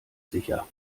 sicher